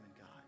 God